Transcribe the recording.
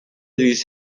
these